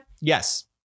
Yes